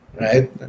Right